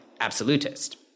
absolutist